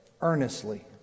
earnestly